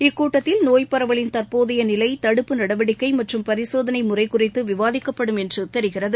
இக்கூட்டத்தில் நோய் பரவலின் தற்போதைய நிலை தடுப்பு நடவடிக்கை மற்றும் பரிசோதனை முறை குறித்து விவாதிக்கப்படும் என்று தெரிகிறது